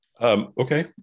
okay